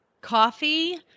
Coffee